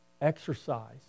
exercise